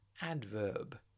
Adverb